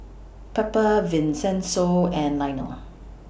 Pepper Vincenzo and Lionel